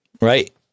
right